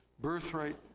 birthright